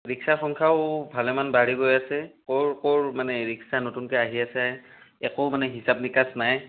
ৰিক্সাৰ সংখ্যাও ভালেমান বাঢ়ি গৈ আছে ক'ৰ ক'ৰ মানে ৰিক্সা নতুনকৈ আহি আছে একো মানে হিচাপ নিকাচ নাই